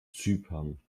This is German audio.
zypern